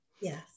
Yes